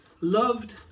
loved